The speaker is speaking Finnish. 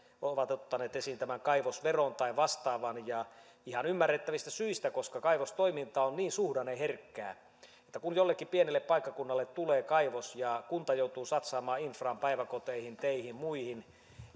ovat ottaneet esiin tämän kaivosveron tai vastaavan ihan ymmärrettävistä syistä koska kaivostoiminta on niin suhdanneherkkää että kun jollekin pienelle paikkakunnalle tulee kaivos ja kunta joutuu satsaamaan infraan päiväkoteihin teihin ja muihin